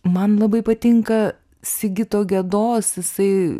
man labai patinka sigito gedos jisai